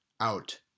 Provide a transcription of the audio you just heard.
out